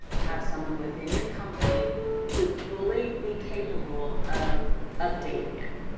have someone within your company to fully be capable of updating it.